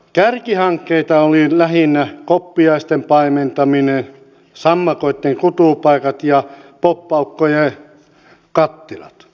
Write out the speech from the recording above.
kärkihankkeita olivat lähinnä koppiaisten paimentaminen sammakoitten kutupaikat ja poppaukkojen kattilat